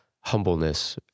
humbleness